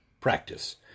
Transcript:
practice